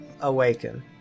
awaken